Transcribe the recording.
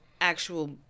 actual